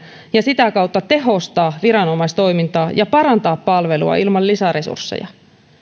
ja sitä kautta tehostaa viranomaistoimintaa ja parantaa palvelua ilman lisäresursseja